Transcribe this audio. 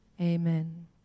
Amen